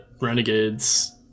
Renegade's